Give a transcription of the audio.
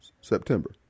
September